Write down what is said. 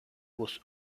was